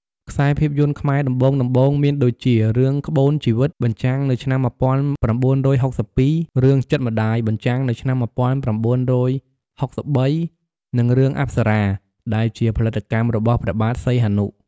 ខ្សែភាពយន្តខ្មែរដំបូងៗមានដូចជា រឿង"ក្បូនជីវិត" បញ្ចាំងនៅឆ្នាំ១៩៦២ រឿង"ចិត្តម្ដាយ" បញ្ចាំងនៅឆ្នាំ១៩៦៣ និង រឿង"អប្សរា"ដែលជាផលិតកម្មរបស់ព្រះបាទសីហនុ។